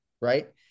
right